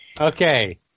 Okay